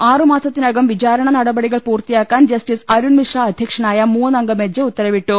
ആറുമാസത്തിനകം വിചാരണാ നടപടികൾ പൂർത്തി യാക്കാൻ ജസ്റ്റിസ് അരുൺ മിശ്ര അധ്യക്ഷനായ മൂന്നംഗ ബെഞ്ച് ഉത്തരവി ട്ടു